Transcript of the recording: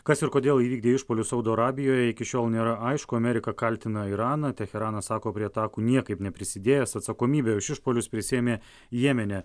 kas ir kodėl įvykdė išpuolius saudo arabijoj iki šiol nėra aišku amerika kaltina iraną teheranas sako prie atakų niekaip neprisidėjęs atsakomybę už išpuolius prisiėmė jemene